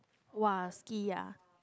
!woah! ski ah